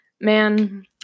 man